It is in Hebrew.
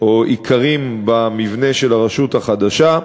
או עיקרים במבנה של הרשות החדשה: